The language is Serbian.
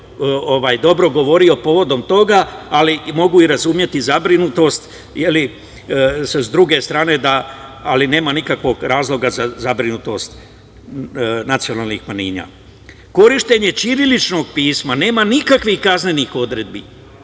dobro govorio povodom toga, ali mogu i razumeti zabrinutost sa druge strane, mada nema nikakvog razloga za zabrinutost nacionalnih manjina. Korišćenje ćiriličnog pisma nema nikakvih kaznenih odredbi,